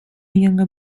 younger